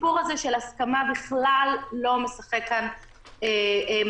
הסיפור הזה של הסכמה בכלל לא משחק כאן תפקיד.